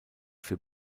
für